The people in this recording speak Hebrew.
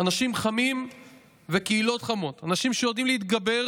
אנשים חמים וקהילות חמות, אנשים שיודעים להתגבר